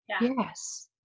Yes